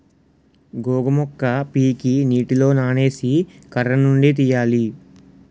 గోగు మొక్క పీకి నీటిలో నానేసి కర్రనుండి తీయాలి